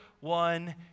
one